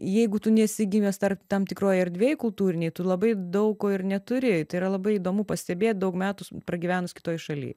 jeigu tu nesi gimęs tarp tam tikroj erdvėj kultūrinėj tu labai daug ko ir neturi tai yra labai įdomu pastebėt daug metų pragyvenus kitoj šaly